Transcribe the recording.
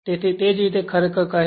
તેથી તે રીતે જે ખરેખર કહે છે